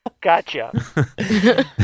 Gotcha